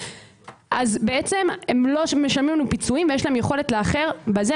אז בעצם הם לא משלמים לנו פיצויים ויש להם יכולת לאחר בזה.